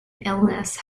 illness